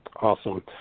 Awesome